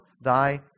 thy